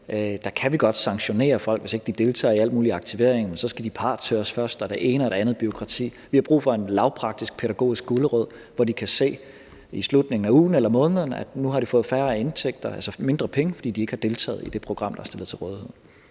dag kan vi godt sanktionere folk, hvis ikke de deltager i al mulig aktivering, men de skal partshøres først og det ene og andet bureaukrati. Vi har brug for en lavpraktisk pædagogisk gulerod, hvor de i slutningen af ugen eller måneden kan se, at de nu har fået færre indtægter, altså færre penge, fordi de ikke har deltaget i det program, der er stillet til rådighed.